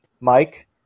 Mike